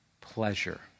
pleasure